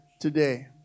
today